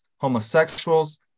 homosexuals